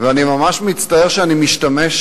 שאני משתמש